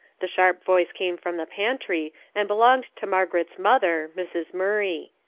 the sharp voice came from the pantry, and belonged to margaret's mother, mrs. murray.